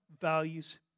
values